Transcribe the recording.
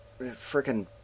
freaking